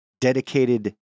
dedicated